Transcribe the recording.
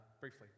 briefly